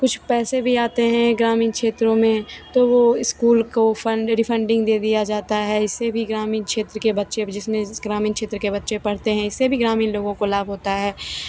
कुछ पैसे भी आते हैं ग्रामीण क्षेत्रों में तो वो स्कूल को फंड रिफन्डिंग डे दिया जाता है इससे भी ग्रामीण क्षेत्र के बच्चे जिसमें ग्रामीण क्षेत्र के बच्चे पढ़ते हैं इससे भी ग्रामीण लोगों को लाभ होता है